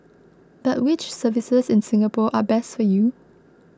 but which services in Singapore are best for you